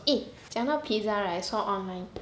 eh 讲到 pizza right I saw online